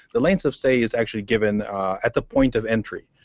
the length of stay is actually given at the point of entry.